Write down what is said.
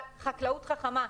חקלאות חכמה.